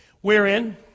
Wherein